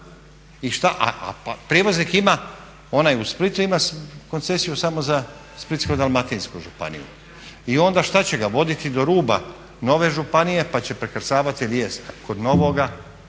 a prijevoznik ima, onaj u Splitu ima koncesiju samo za Splitsko-dalmatinsku županiju i onda šta će ga voditi do ruba nove županije, pa će prekrcavati lijes kod novoga,